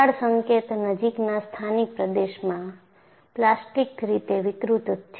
તિરાડ સંકેત નજીકના સ્થાનિક પ્રદેશમાં પ્લાસ્ટિક રીતે વિકૃત છે